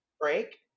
break